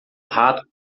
rato